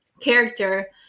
character